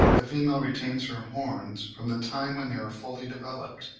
the female retains her horns from the time when they are fully developed,